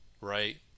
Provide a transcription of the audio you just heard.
right